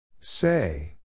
Say